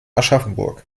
aschaffenburg